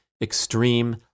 extreme